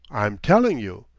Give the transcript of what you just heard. i'm telling you.